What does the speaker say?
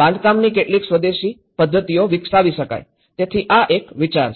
બાંધકામની કેટલીક સ્વદેશી પદ્ધતિઓ વિકસાવી શકાય તેથી આ એક વિચાર છે